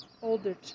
Older